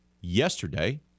yesterday